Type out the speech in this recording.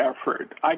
effort